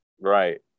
Right